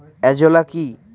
Azolla কি?